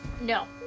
no